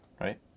Right